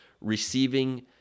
receiving